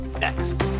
Next